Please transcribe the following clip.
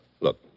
Look